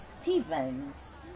Stevens